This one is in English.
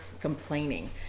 complaining